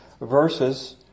verses